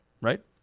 right